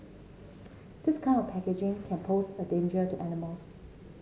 this kind of packaging can pose a danger to animals